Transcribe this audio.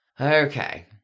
Okay